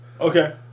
Okay